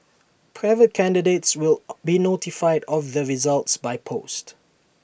private candidates will be notified of their results by post